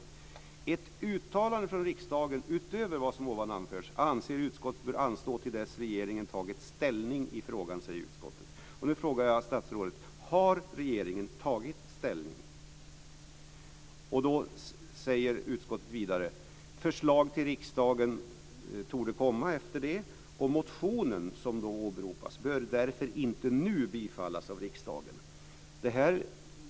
Utskottet säger vidare: "Ett uttalande från riksdagen - utöver vad som ovan anförts - anser utskottet bör anstå till dess regeringen tagit ställning i frågan". Utskottet säger sedan att förslag till riksdagen torde komma efter detta och att den motion som åberopas därför inte nu bör bifallas av riksdagen.